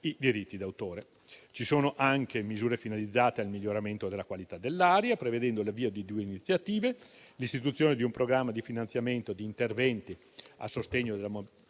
diritti d'autore. Ci sono anche misure finalizzate al miglioramento della qualità dell'aria, prevedendo l'avvio di due iniziative, l'istituzione di un programma di finanziamento di interventi a sostegno della mobilità